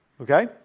Okay